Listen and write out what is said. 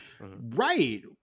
Right